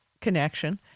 connection